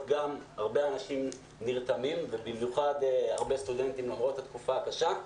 הרבה אנשים נרתמים ובמיוחד הרבה סטודנטים למרות התקופה הקשה.